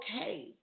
okay